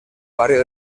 barrio